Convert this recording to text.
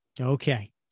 Okay